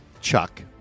Chuck